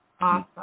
Awesome